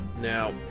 Now